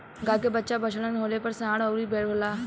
गाय के बच्चा बड़हन होले पर सांड अउरी बैल होला